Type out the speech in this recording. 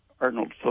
Arnold